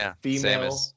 female